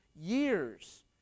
years